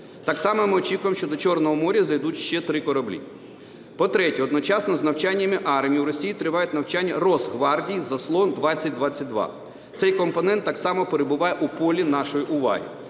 Так само ми очікуємо, що до Чорного моря зайдуть ще три кораблі. По-третє, одночасно з навчаннями армії у Росії тривають навчання Росгвардії "Заслон-2022". Цей компонент так само перебуває у полі нашої уваги.